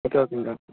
okay ஓகேங்கக்கா